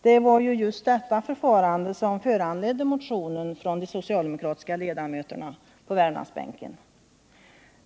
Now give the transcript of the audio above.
Det var ju detta förfarande som föranledde motionen från de socialdemokratiska ledamöterna på Värmlandsbänken.